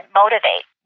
motivate